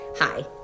Hi